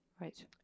Right